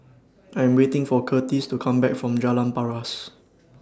I Am waiting For Curtiss to Come Back from Jalan Paras